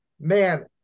man